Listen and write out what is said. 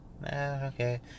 Okay